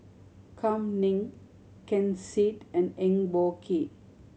Kam Ning Ken Seet and Eng Boh Kee